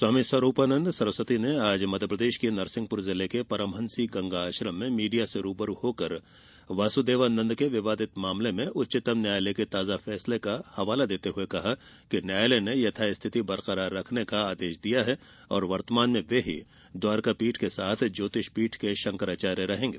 स्वामी स्वारूपानंद सरस्वती ने आज मध्यप्रदेश के नरसिंहपुर जिले के परमहंसी गंगा आश्रम में मीडिया से रूबरू होकर वासुदेवानंद के विवादित मामले में उच्चतम न्यायालय के ताजा फैसले का हवाला देते हुए कहा कि न्यायालय ने यथास्थिति बरकरार रखने का आदेश दिया है और वर्तमान में वे ही द्वारकापीठ के साथ ज्योतिष पीठ के शंकराचार्य रहेंगे